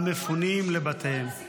מירב בן ארי (יש עתיד): מספיק כבר, מספיק.